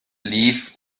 leave